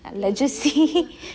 let's just see